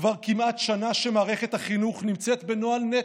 כבר כמעט שנה שמערכת החינוך נמצאת בנוהל נתק,